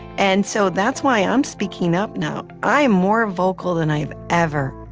and so that's why i'm speaking up now. i am more vocal than i've ever,